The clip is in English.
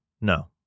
no